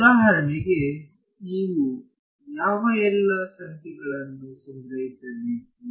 ಉದಾಹರಣೆಗೆ ನೀವು ಯಾವ ಎಲ್ಲಾ ಸಂಖ್ಯೆಗಳನ್ನು ಸಂಗ್ರಹಿಸಬೇಕು